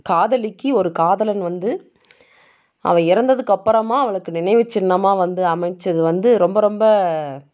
காதலிக்கு ஒரு காதலன் வந்து அவள் இறந்ததுக்கு அப்புறமா அவளுக்கு நினைவு சின்னமாக வந்து அமைச்சது வந்து ரொம்ப ரொம்ப